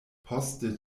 poste